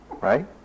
Right